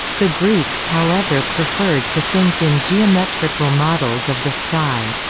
the greeks however preferred to think in geometrical models of the sky.